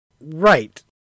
Right